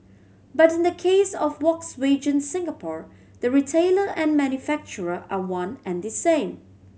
but in the case of Volkswagen Singapore the retailer and manufacturer are one and the same